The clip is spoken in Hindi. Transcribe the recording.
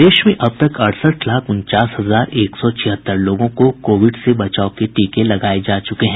प्रदेश में अब तक अड़सठ लाख उनचास हजार एक सौ छिहत्तर लोगों को कोविड से बचाव के टीके लगाये जा चुके हैं